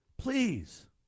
Please